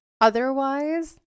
otherwise